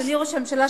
אדוני ראש הממשלה,